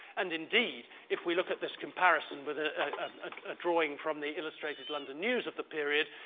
and indeed, if we look at this comparison with a um ah drawing from the illustrated london news of the period,